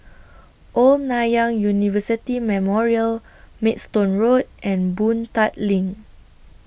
Old Nanyang University Memorial Maidstone Road and Boon Tat LINK